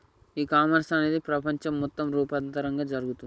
ఈ కామర్స్ అనేది ప్రపంచం మొత్తం యాపారంలా జరుగుతోంది